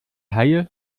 haie